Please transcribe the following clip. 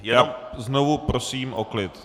Já znovu prosím o klid.